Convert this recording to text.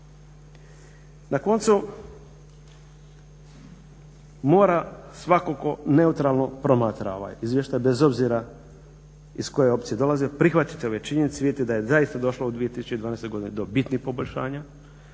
Na koncu mora svatko tko neutralno promatra ovaj izvještaj bez obzira iz koje opcije dolaze, prihvatiti ove činjenice i vidjeti da je zaista došlo u 2012. godini do bitnih poboljšanja,